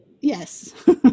Yes